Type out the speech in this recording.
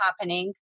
happening